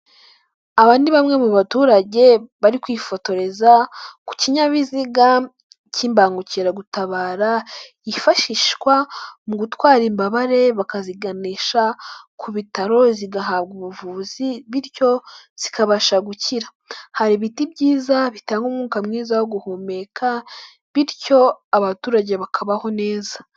Aba ni bamwe mu baturage bari kwifotoreza ku kinyabiziga cy'imbangukiragutabara yifashishwa mu gutwara imbabare bakaziganisha ku bitaro zigahabwa ubuvuzi bityo zikabasha gukira. Hari ibiti byiza bitanga umwuka mwiza wo guhumeka bityo abaturage bakabaho neza.